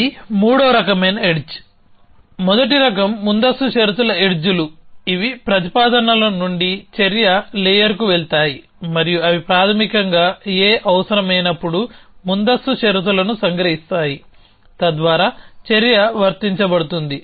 ఇది మూడవ రకమైన ఎడ్జ్మొదటి రకం ముందస్తు షరతుల ఎడ్జ్లు ఇవి ప్రతిపాదనల నుండి చర్య లేయర్కి వెళ్తాయి మరియు అవి ప్రాథమికంగా A అవసరమైన ముందస్తు షరతులను సంగ్రహిస్తాయితద్వారా చర్య వర్తించబడుతుంది